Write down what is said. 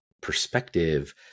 perspective